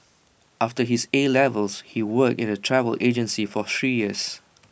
after his A levels he worked in A travel agency for three years